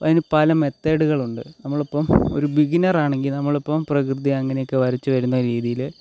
അതിന് പല മെത്തേഡുകൾ ഉണ്ട് നമ്മൾ ഇപ്പോൾ ഒരു ബിഗിനർ ആണെങ്കിൽ നമ്മളിപ്പം പ്രകൃതി അങ്ങനെയൊക്കെ വരച്ച് വരുന്ന രീതിയിൽ